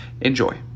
Enjoy